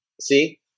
See